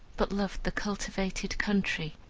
but loved the cultivated country,